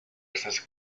estas